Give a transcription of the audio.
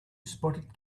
spotted